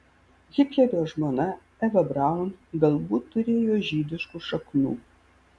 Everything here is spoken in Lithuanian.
hitlerio žmona eva braun galbūt turėjo žydiškų šaknų